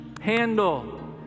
handle